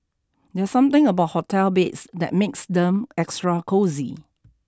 there's something about hotel beds that makes them extra cosy